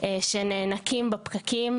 שנאנקים בפקקים,